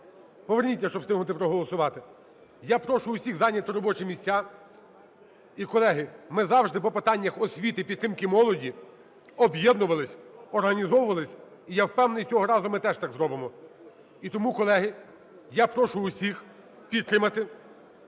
Поверніться, щоб встигнути проголосувати. Я прошу всіх зайняти робочі місця. І, колеги, ми завжди по питаннях освіти, підтримки молоді об'єднувалися, організовувалися, і, я впевнений, цього разу ми теж так зробимо. І тому, колеги, я прошу усіх підтримати.